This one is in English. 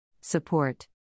Support